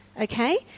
Okay